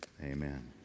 amen